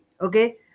Okay